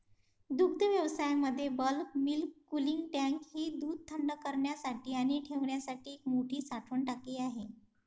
दुग्धव्यवसायामध्ये bulk milk cooling tank ही दूध थंड करण्यासाठी आणि ठेवण्यासाठी एक मोठी साठवण टाकी आहे